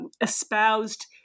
espoused